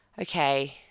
okay